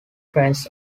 trains